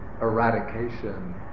eradication